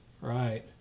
right